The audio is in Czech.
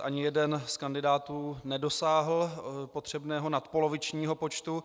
Ani jeden z kandidátů nedosáhl potřebného nadpolovičního počtu.